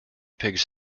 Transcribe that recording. pigs